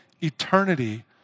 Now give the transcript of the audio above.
eternity